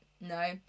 no